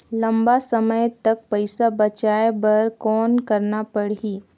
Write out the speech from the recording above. लंबा समय तक पइसा बचाये बर कौन करना पड़ही?